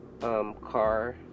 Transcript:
car